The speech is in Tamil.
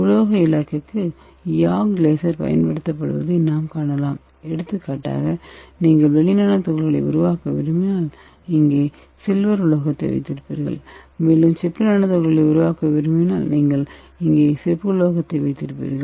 உலோக இலக்குக்கு YAG லேசர் பயன்படுத்தப்படுவதை நாம் காணலாம் எடுத்துக்காட்டாக நீங்கள் வெள்ளி நானோ துகள்களை உருவாக்க விரும்பினால் நீங்கள் இங்கே சில்வர் உலோகத்தை வைத்திருப்பீர்கள் மேலும் நீங்கள் செப்பு நானோ துகள்களை உருவாக்க விரும்பினால் நீங்கள் இங்கே செப்பு உலோகத்தை வைத்திருப்பீர்கள்